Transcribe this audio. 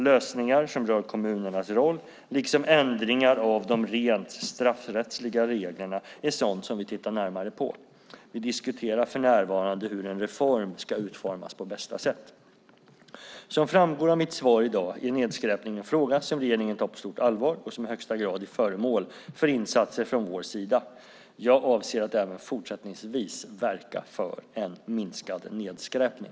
Lösningar som rör kommunernas roll liksom ändringar av de rent straffrättsliga reglerna är sådant som vi tittar närmare på. Vi diskuterar för närvarande hur en reform ska utformas på bästa sätt. Som framgår av mitt svar i dag är nedskräpning en fråga som regeringen tar på stort allvar och som i högsta grad är föremål för insatser från vår sida. Jag avser att även fortsättningsvis verka för en minskad nedskräpning.